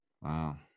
Wow